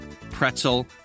pretzel